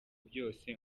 byose